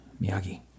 Miyagi